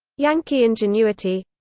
yankee ingenuity